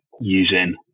using